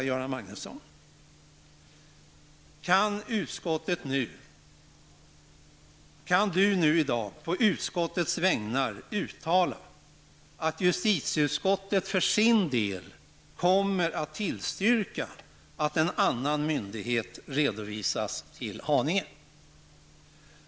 Kan Göran Magnusson i dag på justitieutskottets vägnar uttala att utskottet för sin del kommer att tillstyrka att en annan myndighet flyttas till Haninge?